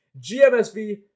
GMSV